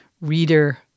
reader